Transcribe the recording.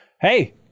hey